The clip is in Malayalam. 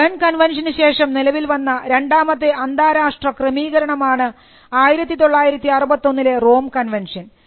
ബേൺ കൺവൻഷനു ശേഷം നിലവിൽ വന്ന രണ്ടാമത്തെ അന്താരാഷ്ട്ര ക്രമീകരണമാണ് 1961 റോം കൺവെൻഷൻ